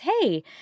Hey